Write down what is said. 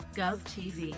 GovTV